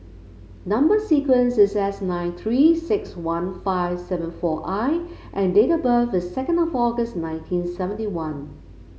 number sequence is S nine Three six one five seven four I and date of birth is second of August nineteen seventy one